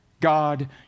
God